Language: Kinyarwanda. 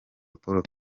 paul